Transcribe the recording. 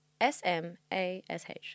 S-M-A-S-H